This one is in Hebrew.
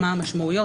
מה המשמעויות.